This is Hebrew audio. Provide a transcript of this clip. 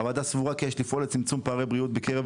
הוועדה סבורה כי יש לפעול לצמצום פערי בריאות בקרב